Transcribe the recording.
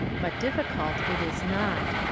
but difficult it is not.